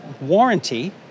warranty